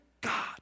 God